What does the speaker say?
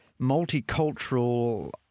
multicultural